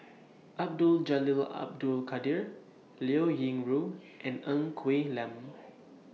Abdul Jalil Abdul Kadir Liao Yingru and Ng Quee Lam